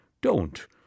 Don't